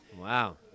Wow